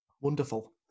Wonderful